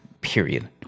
period